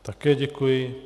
Také děkuji.